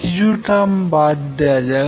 কিছু টার্ম বাদ দেওয়া যাক